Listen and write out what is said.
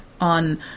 on